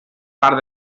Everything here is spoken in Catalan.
fart